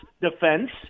defense